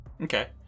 Okay